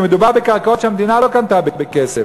ומדובר בקרקעות שהמדינה לא קנתה בכסף,